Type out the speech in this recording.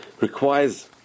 requires